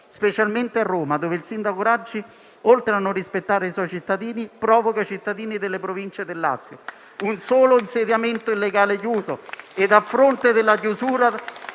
specialmente a Roma dove il sindaco Raggi, oltre a non rispettare i suoi cittadini, provoca quelli delle province del Lazio: un solo insediamento illegale chiuso e, a fronte della chiusura,